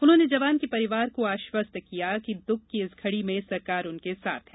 उन्होंने जवान के परिवार को आश्वस्त किया है कि दःख की इस घड़ी में सरकार उनके साथ है